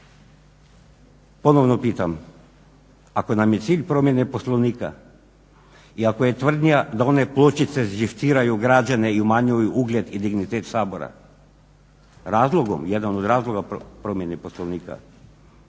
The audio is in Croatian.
ponovno pitam ako nam je cilj promjene Poslovnika i ako je tvrdnja da one pločice živciraju građane i umanjuju ugled i dignitet Sabora, razlogom, jedan od razloga promjene Poslovnika,